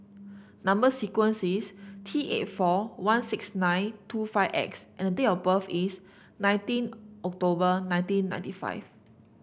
number sequence is T eight four one six nine two five X and date of birth is nineteen October nineteen ninety five